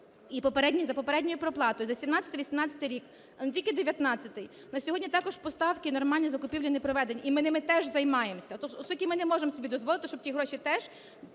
І за попередньою проплатою за 2017-2018 роки, а не тільки 2019-й, на сьогодні також поставки, нормальні закупівлі не проведені, і ми ними теж займаємося, оскільки ми не можемо собі дозволити, щоб ті гроші теж